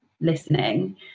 listening